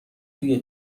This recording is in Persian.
توی